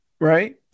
Right